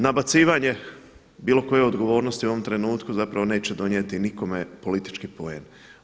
Nabacivanje bilo koje odgovornosti u ovom trenutku zapravo neće donijeti nikome politički poen.